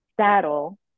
saddle